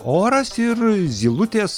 oras ir zylutės